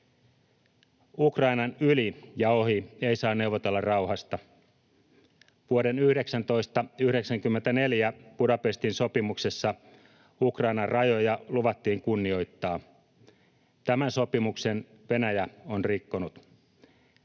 Ukrainan yli ja ohi ei saa neuvotella rauhasta. Vuoden 1994 Budapestin sopimuksessa Ukrainan rajoja luvattiin kunnioittaa. Tämän sopimuksen Venäjä on rikkonut.